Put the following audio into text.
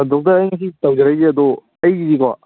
doctor ꯑꯩ ꯉꯁꯤ ꯇꯧꯖꯔꯛꯏꯁꯦ ꯑꯗꯣ ꯑꯩꯁꯦꯀꯣ